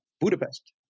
Budapest